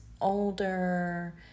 older